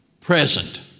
present